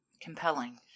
compelling